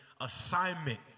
assignment